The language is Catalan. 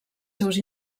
seus